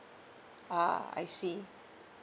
ah I see